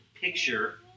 picture